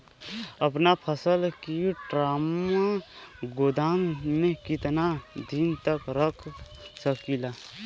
अपना फसल की ड्रामा गोदाम में कितना दिन तक रख सकीला?